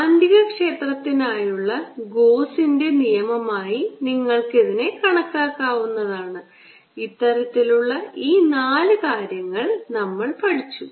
കാന്തികക്ഷേത്രത്തിനായുള്ള ഗോസിന്റെ നിയമമായി നിങ്ങൾക്ക് ഇതിനെ കണക്കാക്കാവുന്നതാണ് ഇത്തരത്തിലുള്ള ഈ നാല് കാര്യങ്ങൾ നമ്മൾ പഠിച്ചു